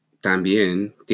también